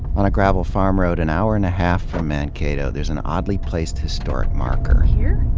on a gravel farm road an hour and a half from mankato there's an oddly placed historic marker. here.